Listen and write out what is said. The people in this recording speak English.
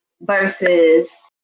versus